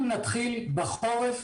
אם נתחיל בחורף,